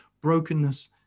brokenness